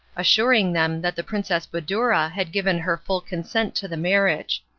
assuring them that the princess badoura had given her full consent to the marriage.